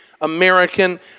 American